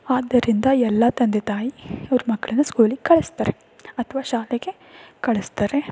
ಆದ್ದರಿಂದ ಎಲ್ಲ ತಂದೆ ತಾಯಿ ಅವ್ರ ಮಕ್ಕಳನ್ನ ಸ್ಕೂಲಿಗೆ ಕಳಿಸ್ತಾರೆ ಅಥವಾ ಶಾಲೆಗೆ ಕಳಿಸ್ತಾರೆ